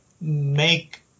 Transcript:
make